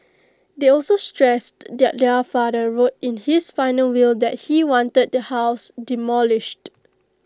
they also stressed that their father wrote in his final will that he wanted the house demolished